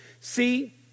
See